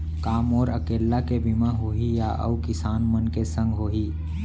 का मोर अकेल्ला के बीमा होही या अऊ किसान मन के संग होही?